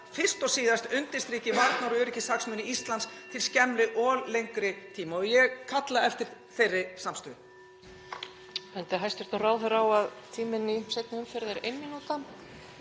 fyrst og síðast undirstriki varnar- og öryggishagsmuni Íslands til skemmri og lengri tíma. Ég kalla eftir þeirri samstöðu.